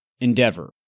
endeavor